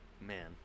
man